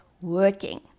working